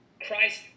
Christ